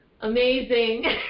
amazing